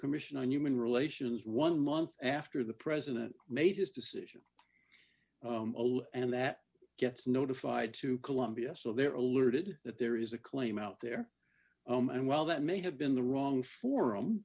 commission on human relations one month after the president made his decision and that gets notified to colombia so there alerted that there is a claim out there and while that may have been the wrong